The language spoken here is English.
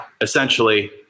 essentially